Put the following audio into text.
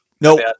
No